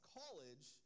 college